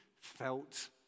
felt